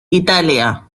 italia